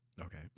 Okay